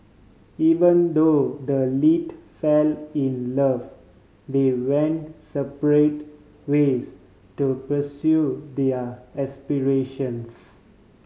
even though the lead fell in love they went separate ways to pursue their aspirations